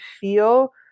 feel